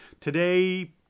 Today